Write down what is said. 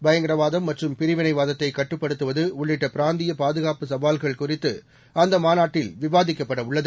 பயங்கரவாதம்மற்றும்பிரிவினைவாதத்தைகட்டுப்படுத் துவதுஉள்ளிட்டபிராந்தியபாதுகாப்புசவால்கள்குறித்துஅ ந்தமாநாட்டில்விவாதிக்கப்படஉள்ளது